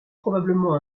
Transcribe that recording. probablement